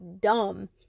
dumb